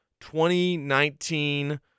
2019